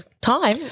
time